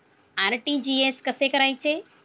RTGS कसे करायचे?